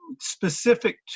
Specific